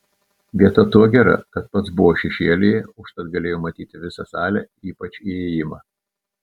vieta tuo gera kad pats buvo šešėlyje užtat galėjo matyti visą salę ypač įėjimą